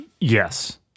Yes